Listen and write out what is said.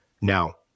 now